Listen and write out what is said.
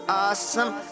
awesome